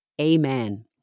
Amen